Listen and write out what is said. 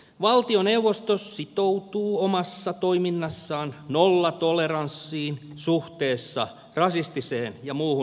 valtioneuvosto sitoutuu omassa toiminnassaan nollatoleranssiin suhteessa rasistiseen ja muuhun vihapuheeseen